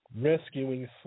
rescuing